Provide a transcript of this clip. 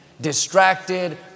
distracted